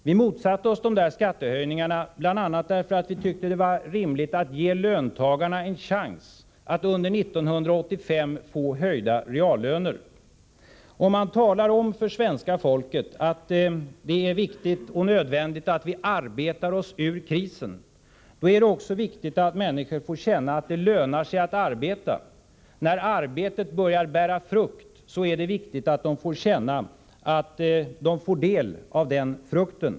Vi motsatte oss de där skattehöjningarna bl.a. därför att vi tyckte det var rimligt att ge löntagarna en chans att under 1985 få höjda reallöner. Om man talar om för svenska folket att det är nödvändigt att vi arbetar oss ur krisen, är det också viktigt att människorna får känna att det lönar sig att arbeta. När arbetet börjar bära frukt är det viktigt att människorna får del av denna frukt.